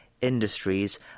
industries